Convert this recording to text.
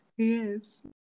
Yes